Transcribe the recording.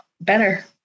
better